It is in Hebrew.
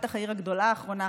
בטח העיר הגדולה האחרונה,